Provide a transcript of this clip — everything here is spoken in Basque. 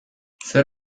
zer